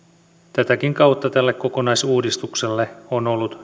tätäkin kautta tälle kokonaisuudistukselle on ollut